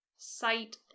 Sight